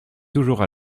toujours